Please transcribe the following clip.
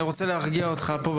אני רוצה להרגיע אותך: פה,